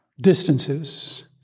distances